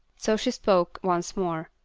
so she spoke once more.